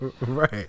right